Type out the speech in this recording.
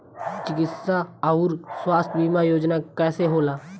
चिकित्सा आऊर स्वास्थ्य बीमा योजना कैसे होला?